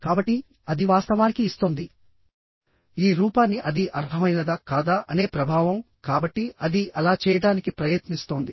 కాబట్టి అది వాస్తవానికి ఇస్తోంది ఈ రూపాన్ని అది అర్హమైనదా కాదా అనే ప్రభావంకాబట్టి అది అలా చేయడానికి ప్రయత్నిస్తోంది